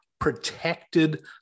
protected